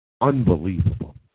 unbelievable